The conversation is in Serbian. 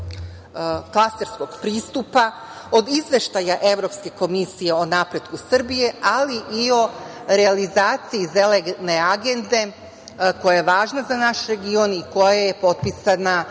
klasterskog pristupa, od izveštaja Evropske komisije o napretku Srbije, ali i o realizaciji „Zelene agende“ koja je važna za naš region i koja je potpisana